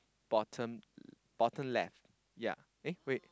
bottom bottom left ya eh wait